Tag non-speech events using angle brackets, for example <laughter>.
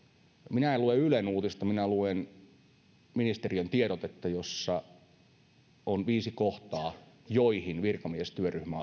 minä en lue ylen uutista minä luen ministeriön tiedotetta jossa on viisi kohtaa joihin virkamiestyöryhmä <unintelligible>